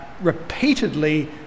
repeatedly